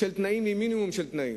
של תנאים, עם מינימום של תנאים.